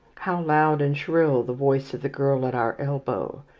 how loud and shrill the voice of the girl at our elbow.